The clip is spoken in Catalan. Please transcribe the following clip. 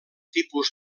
tipus